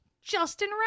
Justin